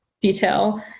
detail